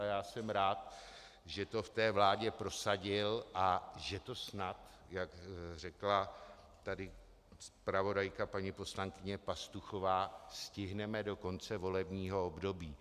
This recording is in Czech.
A jsem rád, že to ve vládě prosadil a že to snad, jak řekla tady zpravodajka paní poslankyně Pastuchová, stihneme do konce volebního období.